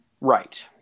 right